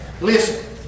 listen